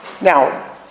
Now